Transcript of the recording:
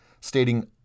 stating